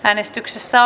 äänestyksessä